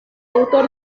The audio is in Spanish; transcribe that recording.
autor